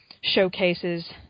showcases